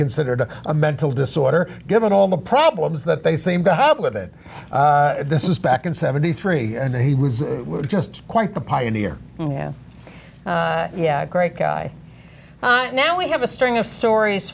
considered a mental disorder given all the problems that they seem to have with it this is back in seventy three and he was just quite the pioneer yeah yeah great guy now we have a string of stories